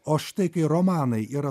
o štai kai romanai yra